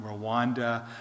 Rwanda